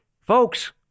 Folks